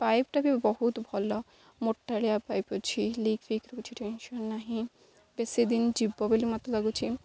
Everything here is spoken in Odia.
ପାଇପ୍ଟା ବି ବହୁତ ଭଲ ମୋଟାଳିଆ ପାଇପ୍ ଅଛି ଲିକ୍ ଫିକ୍ ରହୁଛି ଟେନସନ୍ ନାହିଁ ବେଶୀ ଦିନ ଯିବ ବୋଲି ମୋତେ ଲାଗୁଛି